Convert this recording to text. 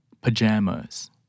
pajamas